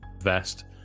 vest